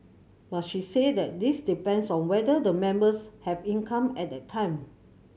but she said that this depends on whether the members have income at that time